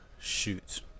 shoot